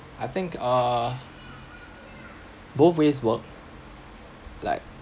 I think uh both ways work like